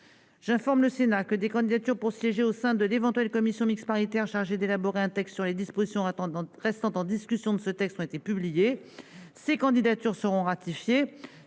J'informe le Sénat que des candidatures pour siéger au sein de l'éventuelle commission mixte paritaire chargée de proposer un texte sur les dispositions restant en discussion de cette proposition de loi ont été publiées. Ces candidatures seront ratifiées